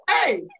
Hey